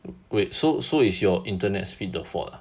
wait so so is your internet speed the fault lah